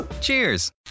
Cheers